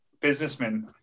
businessmen